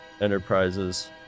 Enterprises